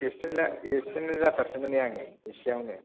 accident जा accident जाथारसैमोनानो एसेयावनो